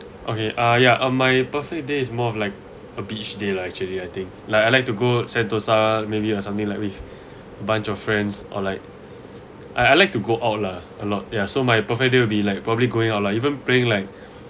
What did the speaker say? okay uh yeah uh my perfect day is more of like a beach day lah actually I think like I like to go Sentosa maybe or something like this with bunch of friends or like I like to go out lah a lot ya so my perfect day would be like probably going out lah even playing like